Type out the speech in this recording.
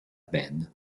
band